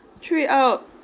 threw it out